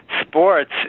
sports